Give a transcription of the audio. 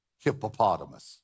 hippopotamus